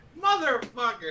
Motherfucker